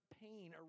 pain